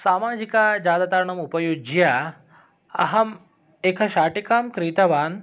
सामाजिकाजालतारणम् उपयुज्य अहं एकशाटिकां क्रीतवान्